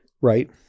right